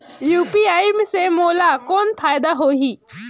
UPI से मोला कौन फायदा होही?